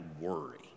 worry